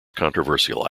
controversial